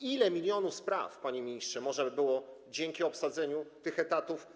Ile milionów spraw, panie ministrze, można by było załatwić dzięki obsadzeniu tych etatów?